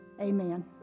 amen